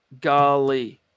golly